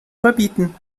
überbieten